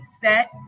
Set